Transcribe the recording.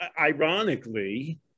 ironically